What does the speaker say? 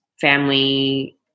family